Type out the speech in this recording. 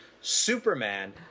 Superman